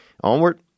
Onward